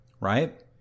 right